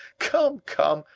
come, come,